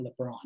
LeBron